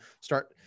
start